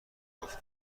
جفت